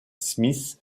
smith